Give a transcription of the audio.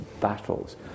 battles